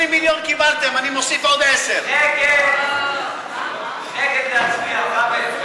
20 מיליון קיבלתם, אני מוסיף עוד 10. 52 בעד,